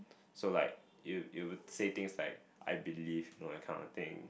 so like if you say things like I believe know that kind of thing